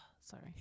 Sorry